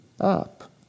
up